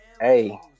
hey